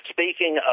Speaking